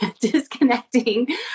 disconnecting